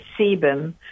sebum